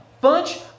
bunch